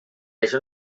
això